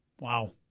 Wow